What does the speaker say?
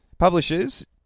Publishers